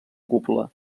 cúpula